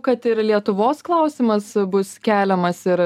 kad ir lietuvos klausimas bus keliamas ir